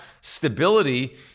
stability